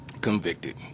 convicted